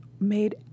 made